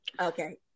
Okay